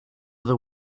the